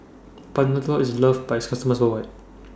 Panadol IS loved By its customers worldwide